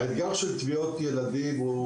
האתגר של טביעות ילדים הוא